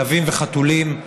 כלבים וחתולים,